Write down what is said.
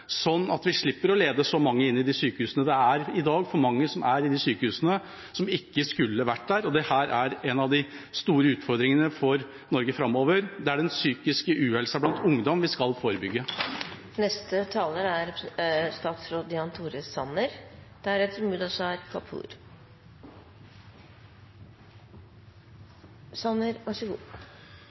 at vi slipper å lede så mange inn i sykehusene. Det er i dag for mange som er i sykehusene som ikke skulle vært der. Dette er en av de store utfordringene for Norge framover, det er den psykiske uhelsa blant ungdom vi skal forebygge.